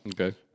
Okay